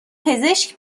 پزشک